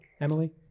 Emily